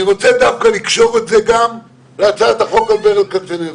אני רוצה לקשור את זה להצעת החוק על ברל כצנלסון.